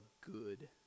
good